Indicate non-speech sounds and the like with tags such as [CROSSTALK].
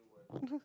[LAUGHS]